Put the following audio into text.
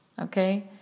Okay